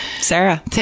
Sarah